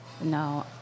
No